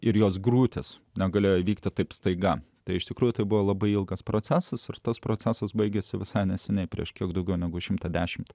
ir jos griūtis negalėjo vykti taip staiga tai iš tikrųjų buvo labai ilgas procesas ir tas procesas baigėsi visai neseniai prieš kiek daugiau negu šimtą dešimt